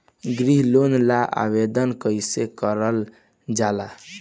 गृह ऋण ला आवेदन कईसे करल जाला?